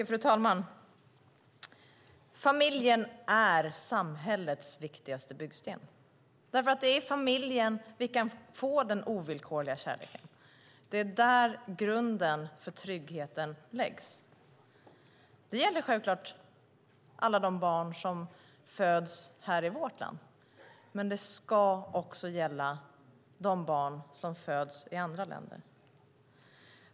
Fru talman! Familjen är samhällets viktigaste byggsten. Det är i familjen vi kan få den ovillkorliga kärleken. Det är där grunden för tryggheten läggs. Det gäller självfallet alla de barn som föds här i vårt land, och det ska också gälla de barn som föds i andra länder.